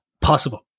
possible